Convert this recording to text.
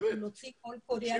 אנחנו נוציא קול קורא,